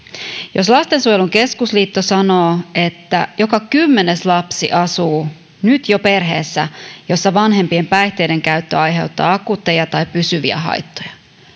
jos lastensuojelun keskusliitto sanoo että joka kymmenes lapsi asuu nyt jo perheessä jossa vanhempien päihteidenkäyttö aiheuttaa akuutteja tai pysyviä haittoja